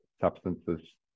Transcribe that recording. substances